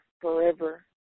forever